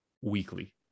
weekly